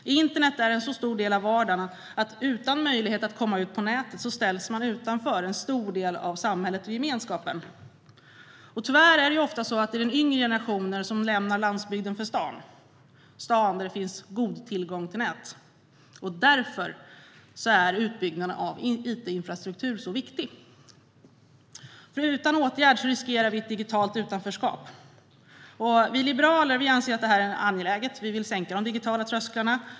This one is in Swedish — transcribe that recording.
Internet är en så stor del av vardagen att utan möjlighet att komma ut på nätet ställs man utanför en stor del av samhällsgemenskapen. Tyvärr är det ofta den yngre generationen som lämnar landsbygden för staden, där det finns god tillgång till nät. Därför är utbyggnaden av itinfrastruktur så viktig. Utan åtgärder riskerar vi ett digitalt utanförskap. Vi liberaler anser att detta är angeläget. Vi vill sänka de digitala trösklarna.